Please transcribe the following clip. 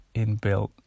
inbuilt